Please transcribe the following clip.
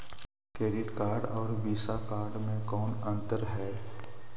Credit card और Visa card मे कौन अन्तर है?